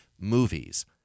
movies